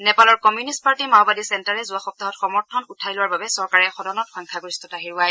নেপালৰ communist party মাওবাদী চেণ্টাৰে যোৱা সপ্তাহত সমৰ্থন উঠাই লোৱাৰ বাবে চৰকাৰে সদনত সংখ্যা গৰিষ্ঠতা হেৰুৱায়